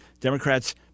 Democrats